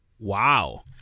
Wow